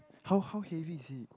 how how heavy is he